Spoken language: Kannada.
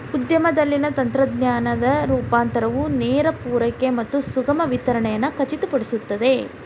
ಉದ್ಯಮದಲ್ಲಿನ ತಂತ್ರಜ್ಞಾನದ ರೂಪಾಂತರವು ನೇರ ಪೂರೈಕೆ ಮತ್ತು ಸುಗಮ ವಿತರಣೆಯನ್ನು ಖಚಿತಪಡಿಸುತ್ತದೆ